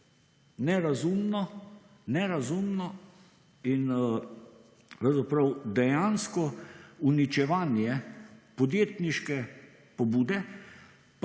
pravzaprav dejansko uničevanje podjetniške pobude,